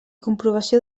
comprovació